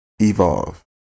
Evolve